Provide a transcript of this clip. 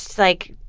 like,